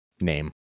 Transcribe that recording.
name